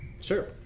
Sure